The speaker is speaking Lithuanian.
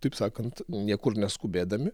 taip sakant niekur neskubėdami